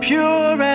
Pure